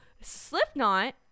Slipknot